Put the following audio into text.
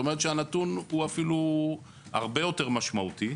כלומר הנתון אף הרבה יותר משמעותי.